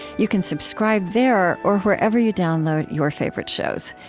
you can subscribe there, or wherever you download your favorite shows.